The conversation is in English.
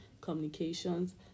communications